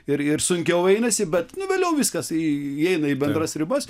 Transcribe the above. ir ir sunkiau einasi bet nu vėliau viskas įeina į bendras ribas